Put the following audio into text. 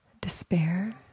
Despair